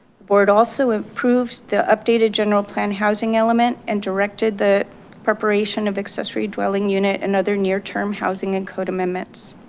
board also approved the updated general plan housing element and directed the preparation of accessory dwelling unit and other near term housing and code amendments.